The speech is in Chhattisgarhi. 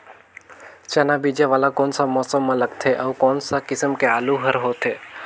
चाना बीजा वाला कोन सा मौसम म लगथे अउ कोन सा किसम के आलू हर होथे?